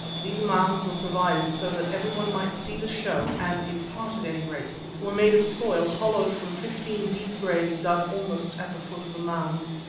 these mounds were provided so that everyone might see the show and, in part at any rate, were made of soil hollowed from fifteen deep graves dug almost at the foot of the mounds.